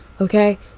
Okay